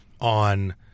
on